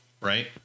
right